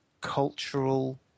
cultural